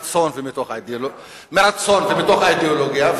מרצון ומתוך אידיאולוגיה,